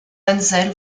wenzel